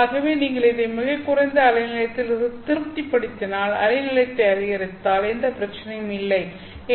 ஆகவே நீங்கள் இதை மிகக் குறைந்த அலை நீளத்தில் திருப்திப்படுத்தினால் அலை நீளத்தை அதிகரித்தால் எந்த பிரச்சனையும் இல்லை